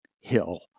hill